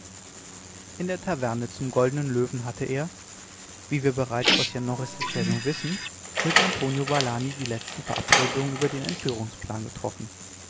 in der taverne zum goldenen löwen hatte er wie wir bereits aus jan norris erzählung wissen mit antonio valani die letzten verabredungen über den entführungsplan getroffen